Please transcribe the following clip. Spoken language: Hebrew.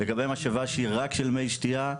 לגבי משאבה שהיא רק של מי שתייה,